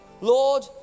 Lord